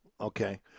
okay